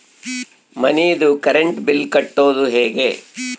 ಮನಿದು current bill ಕಟ್ಟೊದು ಹೇಗೆ?